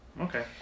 Okay